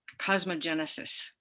cosmogenesis